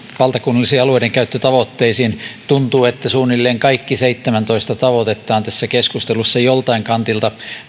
valtakunnallisiin alueidenkäyttötavoitteisiin tuntuu että suunnilleen kaikki seitsemäntoista tavoitetta on tässä keskustelussa joltain kantilta